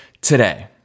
today